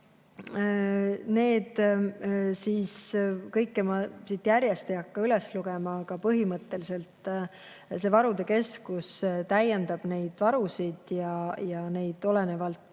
meetmed. Kõike ma siin järjest ei hakka üles lugema, aga põhimõtteliselt see varude keskus täiendab neid varusid ja nende